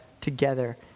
together